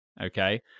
okay